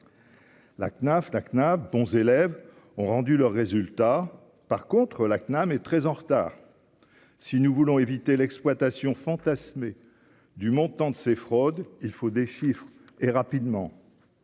la CNAB bons élèves ont rendu leur résultat par contre la CNAM est très en retard, si nous voulons éviter l'exploitation fantasmée du montant de ces fraudes, il faut des chiffres et rapidement,